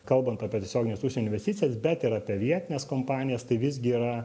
kalbant apie tiesiogines užsienio investicijas bet ir apie vietines kompanijas tai visgi yra